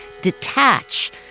Detach